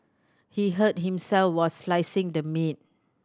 he hurt himself while slicing the meat